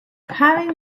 having